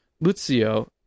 Lucio